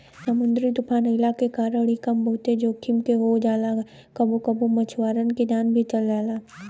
समुंदरी तूफ़ान अइला के कारण इ काम बहुते जोखिम के हो जाला कबो कबो मछुआरन के जान भी चल जाला